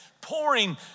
pouring